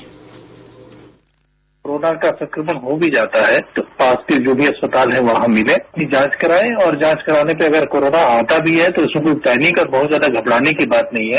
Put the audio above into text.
sound bite corona का संक्रमण हो भी जाता है तो पास के जो भी अस्पताल हैं वहां मिलें अपनी जांच कराएं और जांच कराने के अगर कोरोना आता भी है इसमें कोई पैनिक या बहुत ज्यादा घबराने की बात नहीं है